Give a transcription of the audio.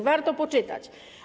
Warto poczytać.